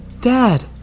Dad